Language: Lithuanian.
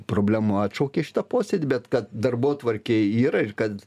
problemų atšaukė šitą posėdį bet kad darbotvarkėj yra ir kad